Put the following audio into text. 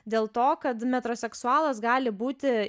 dėl to kad metro seksualas gali būti